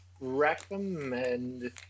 recommend